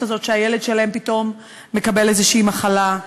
הזאת שהילד שלהם פתאום מקבל איזושהי מחלה,